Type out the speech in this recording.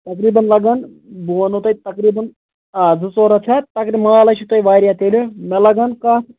تقریٖبن لَگَن بہٕ وَنو تۄہہِ تقریٖبن آ زٕ ژور ہَتھ چھا تقریٖبن مال ہے چھُو تۄہہِ واریاہ تیٚلہِ مےٚ لَگَن کَٹھ